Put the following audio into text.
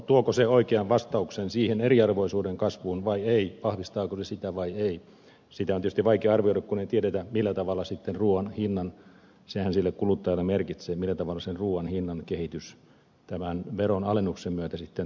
tuoko se oikean vastauksen siihen eriarvoisuuden kasvuun vai ei vahvistaako se sitä vai ei sitä on tietysti vaikea arvioida kun ei tiedetä millä tavalla sitten ruuan hinnan sehän sille kuluttajalle merkitsee kehitys tämän veron alennuksen myötä sitten tapahtuu